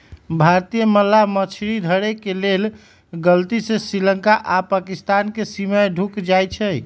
भारतीय मलाह मछरी धरे के लेल गलती से श्रीलंका आऽ पाकिस्तानके सीमा में ढुक जाइ छइ